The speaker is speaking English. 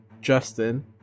justin